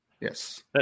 Yes